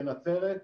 בנצרת,